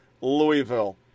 Louisville